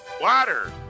Water